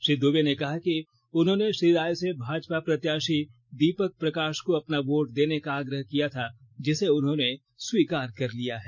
श्री दुबे ने कहा है कि उन्होंने श्री राय से भाजपा प्रत्याषी दीपक प्रकाष को अपना वोट देने का आग्रह किया था जिसे उन्होंने स्वीकार कर लिया है